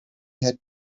had